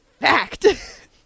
Fact